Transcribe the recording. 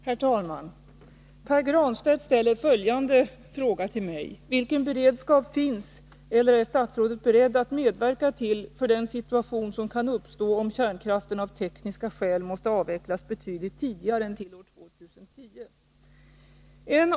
Herr talman! Pär Granstedt ställer följande fråga till mig: Vilken beredskap finns, eller är statsrådet beredd att medverka till, för den situation som kan uppstå om kärnkraften av tekniska skäl måste avvecklas betydligt tidigare än till år 2010.